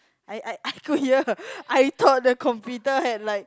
I I I could hear I thought the computer had like